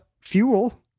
fuel